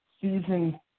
season